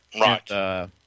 Right